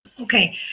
Okay